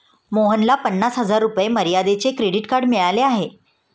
मोहनला पन्नास हजार रुपये मर्यादेचे क्रेडिट कार्ड मिळाले आहे